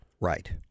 Right